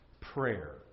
prayer